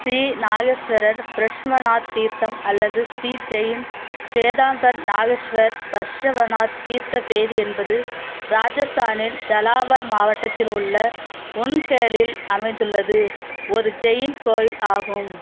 ஸ்ரீ நாகேஸ்வரர் ப்ரஷ்வநாத் தீர்த்தம் அல்லது ஸ்ரீ ஜெயின் ஸ்வேதாம்பர் நாகேஷ்வர் பர்ஷ்வநாத் தீர்த்த தேதி என்பது ராஜஸ்தானின் ஜலாவர் மாவட்டத்தில் உள்ள உன்ஹேலில் அமைந்துள்ளது ஒரு ஜெயின் கோயில் ஆகும்